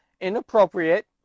inappropriate